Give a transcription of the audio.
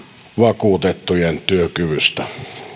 vakuutettujen työkyvystä